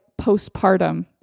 postpartum